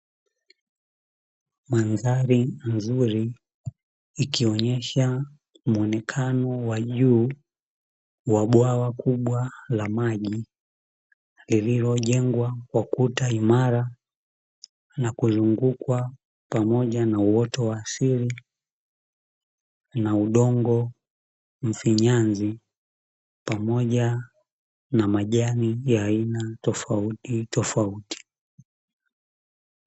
Mandhari nzuri, ikiwaonyesha muonekano wa juu wa bwawa kubwa la maji, liliyojengwa kwa ukuta imara na kuzungukwa pamoja na uoto wa asili na udongo mfinyanzi pamoja na majani ya aina tofauti tofauti.